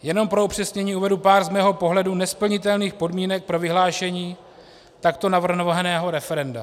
Jenom pro upřesnění uvedu pár z mého pohledu nesplnitelných podmínek pro vyhlášení takto navrhovaného referenda.